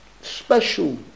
special